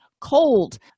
cold